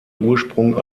ursprung